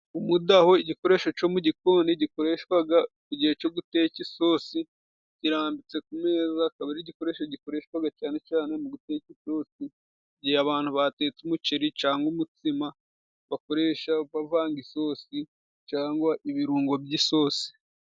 Umudaho igikoresho co mu gikoni gikoreshwaga ku gihe co guteka isosi, kirambitse ku meza akaba ari igikoresho gikoreshwaga cane cane mu guteka isosi, igihe abantu batetse umuceri cangwa umutsima bakoresha bavanga isosi cangwa ibirungo by'isosi.